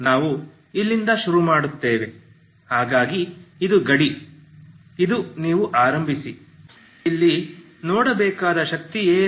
ನಾವು ಇಲ್ಲಿಂದ ಶುರು ಮಾಡುತ್ತೇವೆ ಹಾಗಾಗಿ ಇದು ಗಡಿ ಇದು ನೀವು ಆರಂಭಿಸಿ ಇಲ್ಲಿ ನೋಡಬೇಕಾದ ಶಕ್ತಿ ಏನು